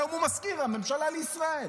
היום הוא מזכיר הממשלה בישראל.